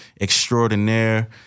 extraordinaire